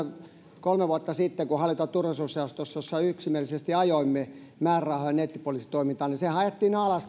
jo kolme vuotta sitten kun hallinto ja turvallisuusjaostossa jossa yksimielisesti ajoimme määrärahoja nettipoliisitoimintaan käytännössä ajettiin alas